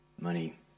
money